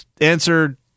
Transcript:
answer